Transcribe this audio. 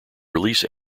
release